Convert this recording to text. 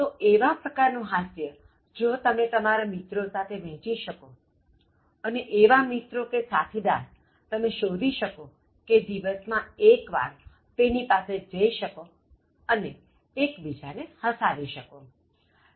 તોએવા પ્રકારનું હાસ્ય જો તમે તમારા મિત્રો સાથે વહેંચી શકો અને એવા મિત્રો કે સાથીદાર તમે શોધી શકો કે દિવસ માં એક વાર તેની પાસે જઈ શકો અને એક બીજા ને હસાવી શકો